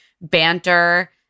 banter